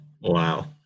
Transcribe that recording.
Wow